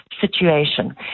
situation